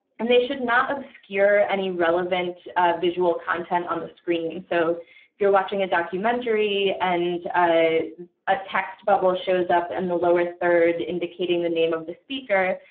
and they should not obscure any relevant visual content on the screen. so if you're watching a documentary, and ah a text bubble shows up in and the lower third indicating the name of the speaker,